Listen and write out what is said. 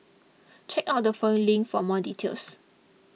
check out the following link for more details